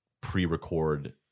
pre-record